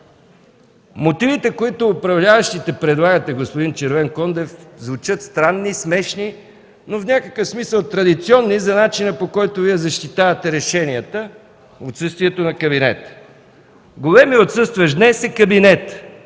Мотивите, които управляващите предлагатe, господин Червенкондев, звучат странни, смешни, но в някакъв смисъл традиционни за начина, по който Вие защитавате решенията в отсъствието на кабинета. Големият отсъстващ днес е кабинетът.